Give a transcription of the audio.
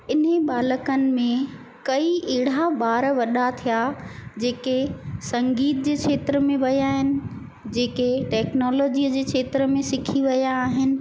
इन ई बालकनि में कई अहिड़ा ॿार वॾा थिया जेके संगीत जे खेत्र में विया आहिनि जेके ट्रैक्नोलॉजीअ जे खेत्र में सिखी विया आहिनि